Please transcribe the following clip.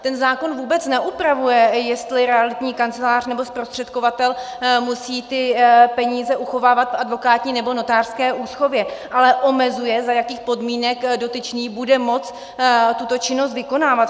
Ten zákon vůbec neupravuje, jestli realitní kancelář nebo zprostředkovatel musí peníze uchovávat v advokátní nebo notářské úschově, ale omezuje, za jakých podmínek dotyčný bude moci tuto činnost vykonávat.